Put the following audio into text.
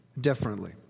differently